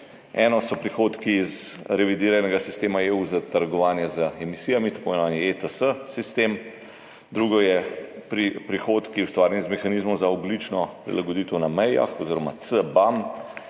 Eno so prihodki iz revidiranega sistema EU za trgovanje z emisijami, tako imenovani sistem ETS, drugo so prihodki, ustvarjeni iz mehanizmov za ogljično prilagoditev na mejah oziroma